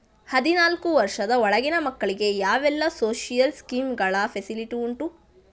ಹದಿನಾಲ್ಕು ವರ್ಷದ ಒಳಗಿನ ಮಕ್ಕಳಿಗೆ ಯಾವೆಲ್ಲ ಸೋಶಿಯಲ್ ಸ್ಕೀಂಗಳ ಫೆಸಿಲಿಟಿ ಉಂಟು?